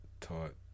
taught